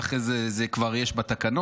ואחרי זה כבר יש בתקנות,